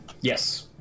Yes